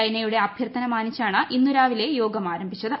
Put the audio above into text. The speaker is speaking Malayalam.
ചൈനയുടെ അഭ്യർഥന മാനിച്ചാണ് ഇന്നു രാവിലെ യോഗം ആരംഭിച്ചത്